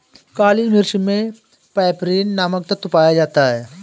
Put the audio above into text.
काली मिर्च मे पैपरीन नामक तत्व पाया जाता है